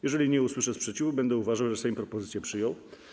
Jeżeli nie usłyszę sprzeciwu, będę uważał, że Sejm propozycje przyjął.